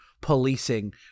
policing